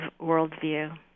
worldview